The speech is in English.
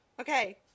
Okay